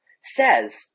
says